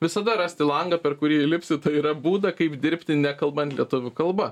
visada rasti langą per kurį įlipsi tai yra būdą kaip dirbti nekalbant lietuvių kalba